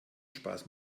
spaß